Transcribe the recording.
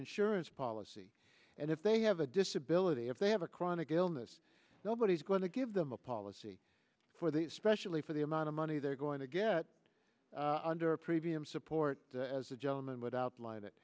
insurance policy and if they have a disability if they have a chronic illness nobody's going to give them a policy especially for the amount of money they're going to get under a previous support as a gentleman would outline that